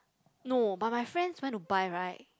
no but my friends went to buy right